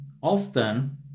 often